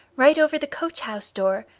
right over the coach-house door.